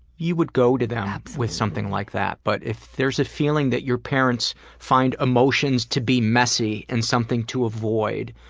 you would go to them with something like that. but if there's a feeling that your parents find emotions to be messy, and something to avoid,